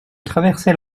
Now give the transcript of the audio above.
traversait